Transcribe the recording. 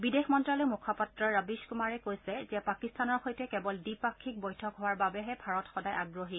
বিদেশ মন্ত্ৰালয়ৰ মূখপাত্ৰ ৰবীশ কুমাৰে কৈছে যে পাকিস্তানৰ সৈতে কেৱল দ্বিপাক্ষিক বৈঠক হোৱাৰ বাবেহে ভাৰত সদায় আগ্ৰহী